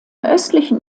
östlichen